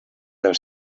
del